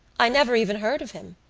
i never even heard of him.